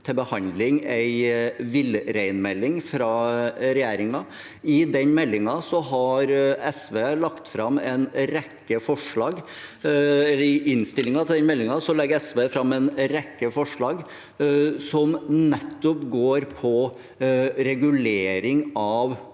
til behandling en villreinmelding fra regjeringen. I innstillingen til meldingen legger SV fram en rekke forslag som nettopp går på regulering av